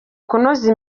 kunoza